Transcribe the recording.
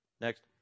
Next